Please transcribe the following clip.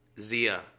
Zia